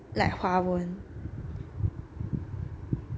like 华文